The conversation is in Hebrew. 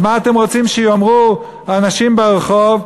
אז מה אתם רוצים שיאמרו אנשים ברחוב?